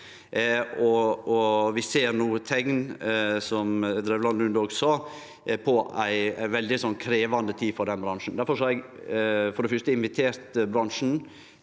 Lund òg sa, på ei veldig krevjande tid for den bransjen. Difor har eg for det første invitert bransjen